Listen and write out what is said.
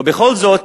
ובכל זאת